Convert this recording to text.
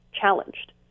challenged